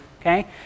Okay